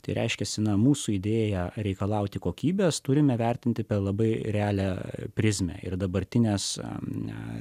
tai reiškiasi na mūsų idėją reikalauti kokybės turime vertinti per labai realią prizmę ir dabartines ne